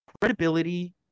credibility